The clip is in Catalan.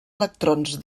electrons